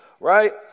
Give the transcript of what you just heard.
right